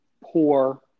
poor